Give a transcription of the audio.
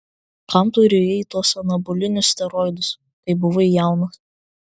kam tu rijai tuos anabolinius steroidus kai buvai jaunas